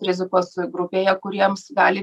rizikos grupėje kuriems gali